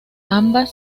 ambas